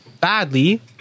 badly